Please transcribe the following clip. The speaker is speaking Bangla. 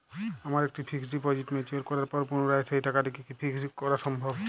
আমার একটি ফিক্সড ডিপোজিট ম্যাচিওর করার পর পুনরায় সেই টাকাটিকে কি ফিক্সড করা সম্ভব?